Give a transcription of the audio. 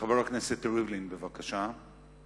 חבר הכנסת ריבלין, בבקשה.